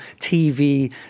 TV